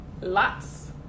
lots